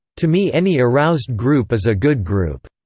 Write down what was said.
to me any aroused group is a good group.